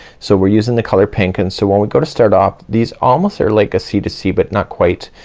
so we're using the color pink and so when we go to start off these almost are like a c two c but not quite.